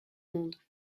monde